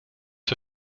für